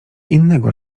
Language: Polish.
innego